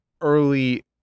early